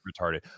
retarded